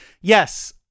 yes